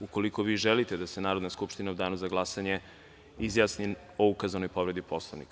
Ukoliko vi želite da se Narodna skupština u danu za glasanje izjasni o ukazanoj povredi Poslovnika.